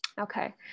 Okay